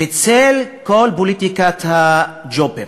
בצל כל פוליטיקת הג'ובים,